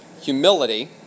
humility